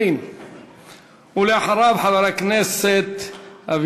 יעלה חבר הכנסת חיים ילין,